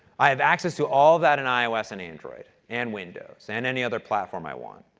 i have access to all that in ios and android and windows and any other platform i want.